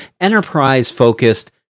enterprise-focused